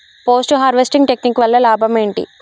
Post harvesting technique వల్ల లాభం ఏంటి?